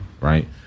Right